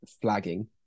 flagging